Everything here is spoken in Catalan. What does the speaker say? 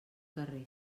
carrers